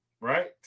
right